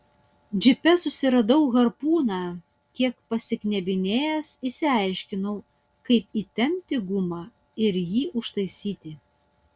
džipe susiradau harpūną kiek pasiknebinėjęs išsiaiškinau kaip įtempti gumą ir jį užtaisyti